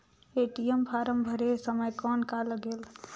ATM form भरे समय कौन का लगेल?